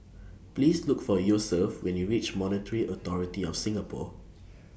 Please Look For Yosef when YOU REACH Monetary Authority of Singapore